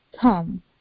come